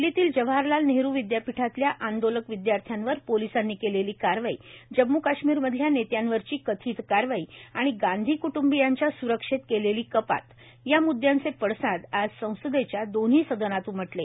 दिल्लीतल्या जवाहरलाल नेहरु विद्यापीठातल्या आंदोलक विद्यार्थ्यांवर पोलिसांनी केलेली कारवाई जम्मू काश्मीरमधल्या नेत्यांवरची कथित कारवाई आणि गांधी कृटंबीयांच्या सुरक्षेत केलेली कपात या मुद्यांचे पडसाद आज संसदेच्या दोन्ही सदनात उमटले